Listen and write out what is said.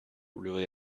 really